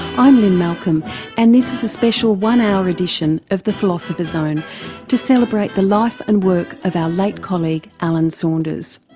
i'm lynne malcolm and this is a special one hour edition of the philosopher's zone to celebrate the life and work of our late colleague alan saunders.